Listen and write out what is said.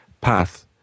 path